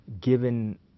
given